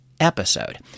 Episode